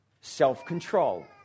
Self-control